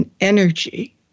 energy